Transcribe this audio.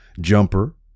Jumper